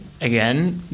again